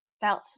felt